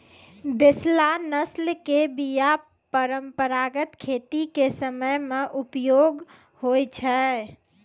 देशला नस्ल के बीया परंपरागत खेती के समय मे उपयोग होय छै